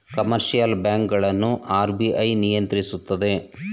commercial bank ಗಳನ್ನು RBI ನಿಯಂತ್ರಿಸುತ್ತದೆ